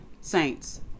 saints